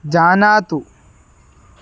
जानातु